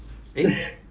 我的